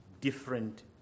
different